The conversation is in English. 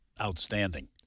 outstanding